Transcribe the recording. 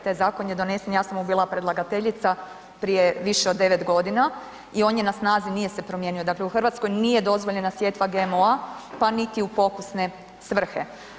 Taj zakon je donesen, ja sam mu bila predlagateljica, prije više od 9 godina i on je na snazi, nije se promijenio, dakle u Hrvatskoj nije dozvoljena sjetva GMO-a, pa niti u pokusne svrhe.